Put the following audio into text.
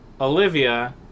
Olivia